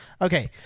okay